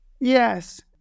Yes